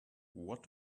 what